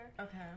Okay